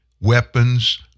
weapons